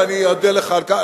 ואני אודה לך על כך.